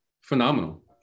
phenomenal